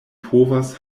povas